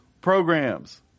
programs